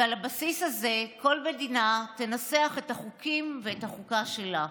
ועל הבסיס הזה כל מדינה תנסח את החוקים ואת החוקה שלה.